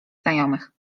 znajomych